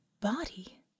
body